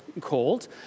called